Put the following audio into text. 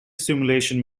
simulation